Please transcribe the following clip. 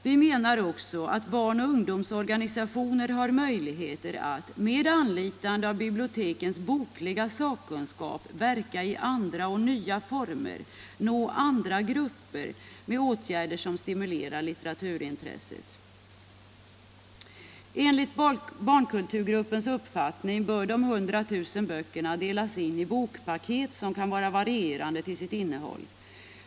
Vi menar också att barn-och ungdomsorganisationer har möjligheter att med anlitande av bibliotekens bokliga sakkunskap verka i andra och nya former, nå andra grupper med åtgärder som stimulerar litteraturintresset. Enligt barnkulturgruppens förslag bör de 100 000 böckerna delas in i bokpaket som kan vara varierande till sitt innehåll.